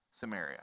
Samaria